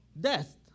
death